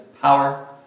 power